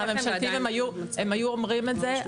מהמשרדים הממשלתיים, הם היו אומרים את זה.